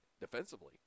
defensively